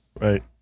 Right